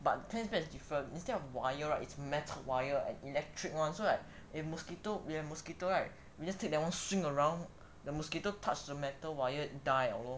but tennis bar is different instead of wire right is metal wire and electric [one] so like if a mosquito we have mosquito right we just take that one swing around the mosquito touched the metal wired die liao lor